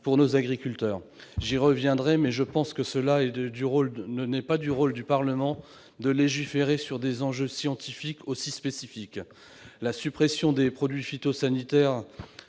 pour nos agriculteurs. J'y reviendrai, mais je pense qu'il n'est pas du rôle du Parlement de légiférer sur des questions scientifiques aussi spécifiques. La suppression des produits phytosanitaires